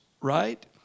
right